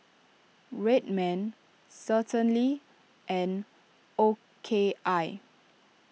Red Man Certainly and O K I